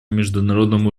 международном